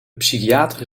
psychiater